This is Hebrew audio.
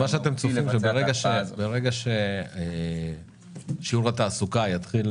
זאת אומרת מה שאתם צופים זה שברגע ששיעור התעסוקה יתחיל